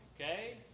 Okay